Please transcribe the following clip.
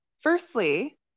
firstly